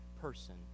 person